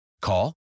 Call